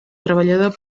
treballador